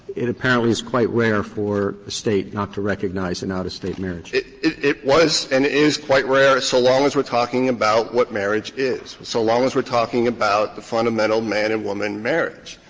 it apparently is quite rare for a state not to recognize an out-of-state marriage it it was and is quite rare, so long as we're talking about what marriage is, so long as we're talking about the fundamental man and woman marriage.